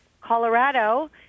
Colorado